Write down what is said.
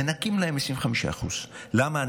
מנכים להם 25%. למה?